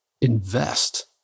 invest